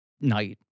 night